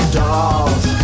dolls